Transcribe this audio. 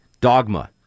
Dogma